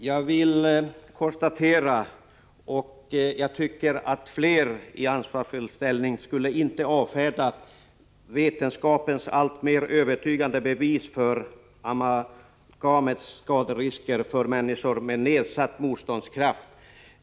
Herr talman! Det borde finnas fler människor i ansvarsfull ställning som inte avfärdar vetenskapens alltmer övertygande bevis om amalgamets skaderisker för människor med nedsatt motståndskraft.